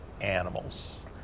animals